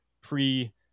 pre